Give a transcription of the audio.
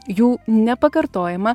jų nepakartojama